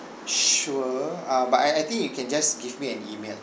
sure uh but I I think you can just give me an email